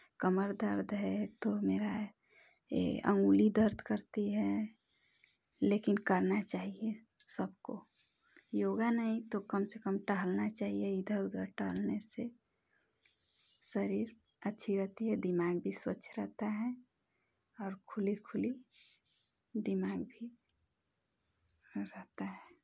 कमर दर्द है तो मेरा ये अंगुली दर्द करती है लेकिन करना चाहिए सबको योगा नहीं तो कम से कम टहलना चाहिए इधर उधर टहलने से शरीर अच्छी रहती है दिमाग भी स्वच्छ रहता है और खुली खुली दिमाग भी रहता है